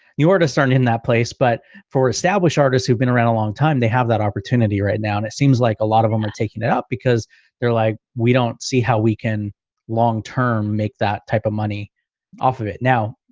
you're just starting in that place. but for established artists who've been around a long time, they have that opportunity right now. and it seems like a lot of them are taking it up because they're like, we don't see how we can long term make that type of money off of it now.